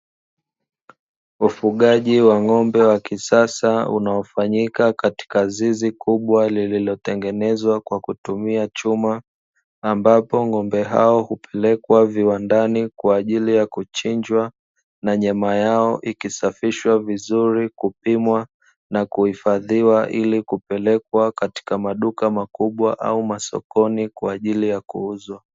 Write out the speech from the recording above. Ufugaji wa ng'ombe wa kisasa unaofanyika katika zizi kubwa, lililotengenezwa kwa kutumia chuma ambapo ng'ombe hao hupelekwa viwandani kwa ajili ya kuchinjwa na nyama yao ikisafishwa vizuri, kupima na kuhifadhiwa ili kupelekwa katika maduka makubwa au masokoni kwa ajili ya kuuzwa.